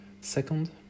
Second